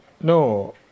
no